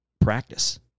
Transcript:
practice